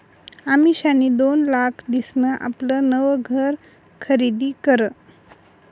अमिषानी दोन लाख दिसन आपलं नवं घर खरीदी करं